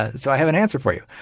ah so i have an answer for you.